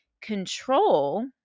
control